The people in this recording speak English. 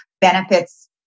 benefits